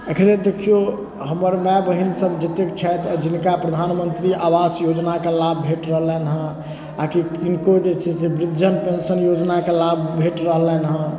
एखने दखियौ हमर माय बहिन सभ जते छथि आओर जिनका प्रधानमन्त्री आवास योजनाके लाभ भेट रहलनि हँ आओर कि किनको जे छै से वृद्धजन पेंशन योजनाके लाभ भेट रहलनि हँ